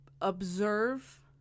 Observe